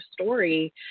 story